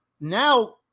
now